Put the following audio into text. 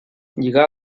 lligar